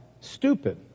stupid